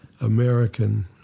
American